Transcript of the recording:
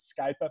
skype